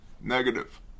Negative